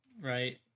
right